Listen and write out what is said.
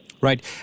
Right